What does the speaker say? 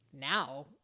now